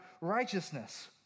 righteousness